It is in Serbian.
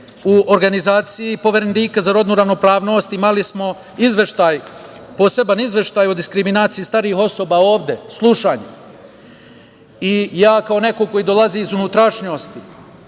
u organizaciji Poverenika za rodnu ravnopravnost, imali smo poseban izveštaj o diskriminaciji starijih osoba ovde, slušanje, i ja kao neko koji dolazi iz unutrašnjosti